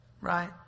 Right